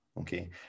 Okay